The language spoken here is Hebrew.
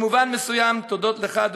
במובן מסוים הודות לך,